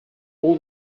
all